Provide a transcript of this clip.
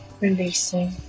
releasing